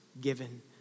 given